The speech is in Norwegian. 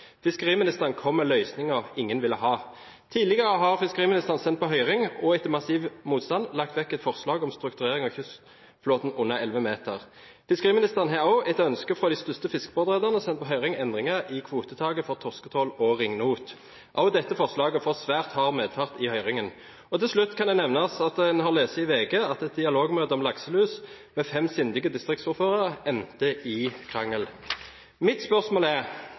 Fiskeriministeren kom med løsninger ingen ville ha. Tidligere har fiskeriministeren sendt på høring og etter massiv motstand lagt vekk et forslag om strukturering av kystflåten under 11 meter. Fiskeriministeren har også etter ønske fra de største fiskebåtrederne sendt på høring endringer i kvotetaket for torsketrål og ringnot. Også dette forslaget får svært hard medfart i høringen. Til slutt kan det nevnes at en har lest i VG at et dialogmøte om lakselus med fem sindige distriktsordførere endte i krangel. Mitt spørsmål er: